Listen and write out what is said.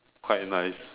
quite nice